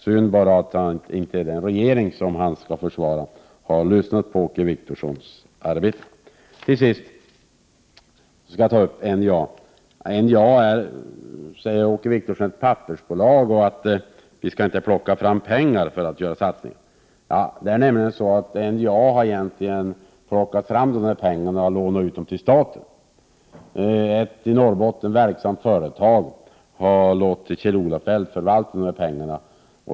Det är bara synd att den regering som han skall försvara inte har lyssnat på Åke Wictorsson. Till sist skall jag ta upp NJA. Åke Wictorsson säger att NJA är ett pappersbolag och att vi inte skall plocka fram pengar för att göra satsningar. NJA har nämligen egentligen plockat fram dessa pengar och lånat ut dem till staten. Ett i Norbotten verksamt företag har låtit Kjell-Olof Feldt förvalta dessa pengar.